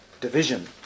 division